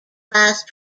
last